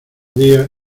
día